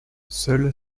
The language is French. seule